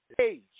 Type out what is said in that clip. age